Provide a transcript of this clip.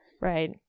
Right